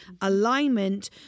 alignment